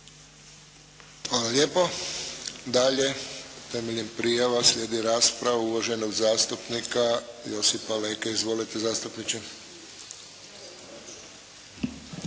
Hvala lijepo. Dalje temeljem prijava slijedi rasprava uvaženog zastupnika Josipa Leke. Izvolite zastupniče.